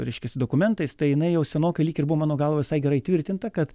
reiškiasi dokumentais tai jinai jau senokai lyg ir buvo mano galva gerai įtvirtinta kad